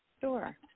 Sure